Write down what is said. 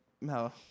No